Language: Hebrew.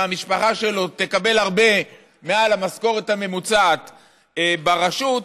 והמשפחה שלו תקבל הרבה מעל המשכורת הממוצעת ברשות,